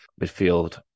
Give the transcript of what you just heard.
midfield